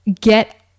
Get